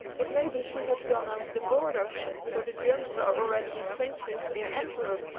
it may be she has gone over the border for the germans are already in trenches near antwerp,